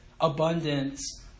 abundance